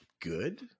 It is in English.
good